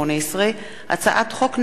פ/3880/18 וכלה בהצעת חוק פ/3900/18,